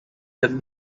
them